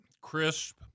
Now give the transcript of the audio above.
crisp